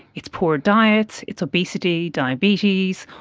it's poor diet, it's it's obesity, diabetes,